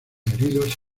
heridos